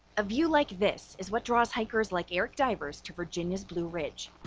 a view like this is what draws hikers like eric divers to virginia's blue ridge.